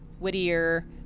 whittier